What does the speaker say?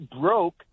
broke